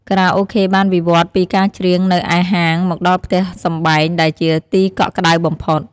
ខារ៉ាអូខេបានវិវត្តន៍ពីការច្រៀងនៅឯហាងមកដល់ផ្ទះសម្បែងដែលជាទីកក់ក្តៅបំផុត។